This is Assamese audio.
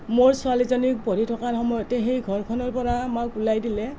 মোৰ ছোৱালীজনী পঢ়ি থকাৰ সময়তে সেই ঘৰখনৰ পৰা আমাক উলিয়াই দিলে